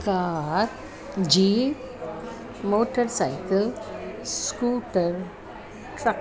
car jeep motor cycle scooter truck